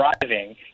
driving